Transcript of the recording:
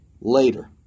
later